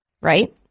Right